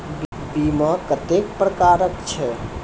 बीमा कत्तेक प्रकारक छै?